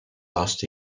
last